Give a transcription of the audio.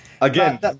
Again